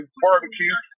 barbecue